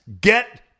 get